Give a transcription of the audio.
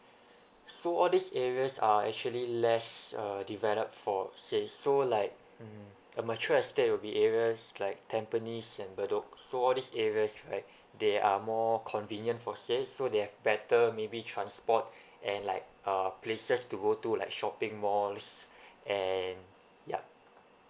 so all these areas are actually less uh developed for say so like a mature estate will be areas like tampines and bedok so all these areas like they are more convenient for say so they have better maybe transport and like uh places to go to like shopping malls and ya